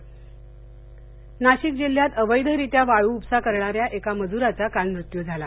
नाशिक नाशिक जिल्ह्यात अवध्रीत्या वाळू उपसा करणाऱ्या एका मजूराचा काल मृत्यू झाला